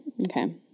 Okay